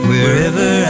Wherever